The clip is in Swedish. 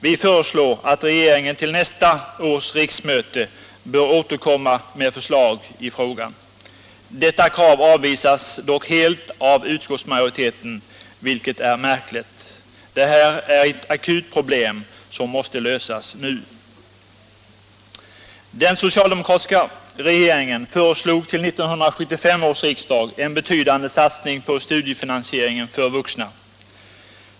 Vi föreslår i reservationen att regeringen till nästa års riksmöte skall återkomma med förslag i frågan. Detta krav avvisas dock helt av utskottsmajoriteten, vilket är märkligt. Detta är ett akut problem som måste lösas nu. Den socialdemokratiska regeringen föreslog till 1975 års riksdag en betydande satsning på studiefinansieringen för vuxna.